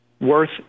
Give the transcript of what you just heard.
worth